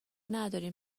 ندارین